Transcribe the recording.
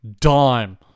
dime